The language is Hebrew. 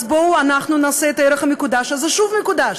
אז בואו נעשה את הערך המקודש הזה שוב מקודש.